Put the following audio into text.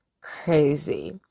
Crazy